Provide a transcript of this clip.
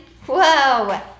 Whoa